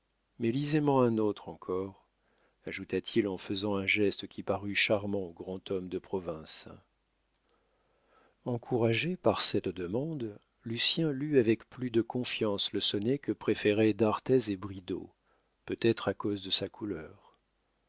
mais lisez men un autre encore ajouta-t-il en faisant un geste qui parut charmant au grand homme de province encouragé par cette demande lucien lut avec plus de confiance le sonnet que préféraient d'arthez et bridau peut-être à cause de sa couleur